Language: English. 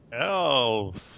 Elves